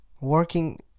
working